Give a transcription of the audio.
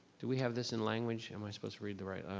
do we have this in language, am i supposed to read the right,